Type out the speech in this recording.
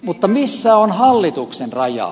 mutta missä on hallituksen raja